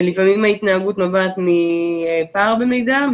לפעמים ההתנהגות נובעת מפער במידע,